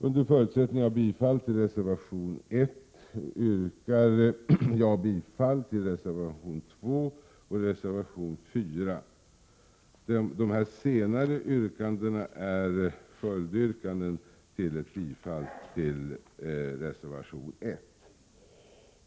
Under förutsättning av bifall till reservation 1 yrkar jag bifall till reservationerna 2 och 4. De senare yrkandena är alltså följdyrkanden, om kammaren skulle bifalla reservation 1.